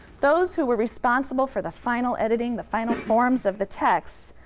those who were responsible for the final editing, the final forms of the texts,